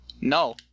No